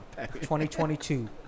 2022